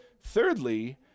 thirdly